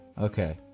Okay